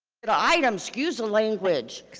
items, excuse the language.